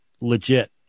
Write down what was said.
legit